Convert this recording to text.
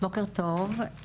בוקר טוב,